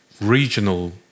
regional